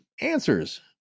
answers